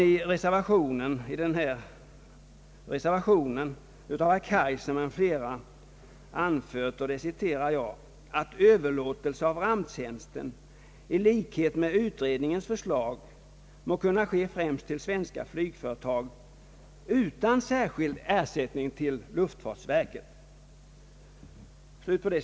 I reservationen av herr Kaijser m.fl. har anförts, att överlåtelse av ramptjänsten »i likhet med utredningens förslag må kunna ske främst till svenska flygföretag utan särskild ersättning till luftfartverket«.